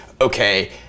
okay